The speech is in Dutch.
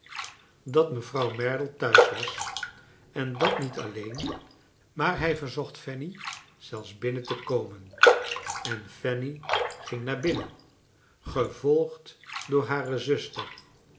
dat mevrouw merdle thuis was en dat niet alleen maar hij verzocht fanny zelfs binnen te komen en fanny ging naar binnen gevogd door hare zuster